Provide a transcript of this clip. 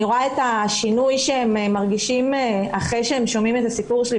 אני רואה את השינוי ומה שהם מרגישים אחרי שהם שומעים את הסיפור שלי,